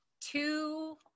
two